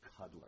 cuddler